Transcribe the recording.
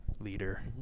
leader